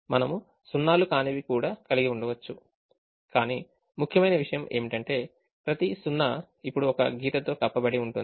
మనము సున్నాలు కానివి కూడా కలిగి ఉండవచ్చు కాని ముఖ్యమైన విషయం ఏమిటంటే ప్రతి సున్నా ఇప్పుడు ఒక గీతతో కప్పబడి ఉంటుంది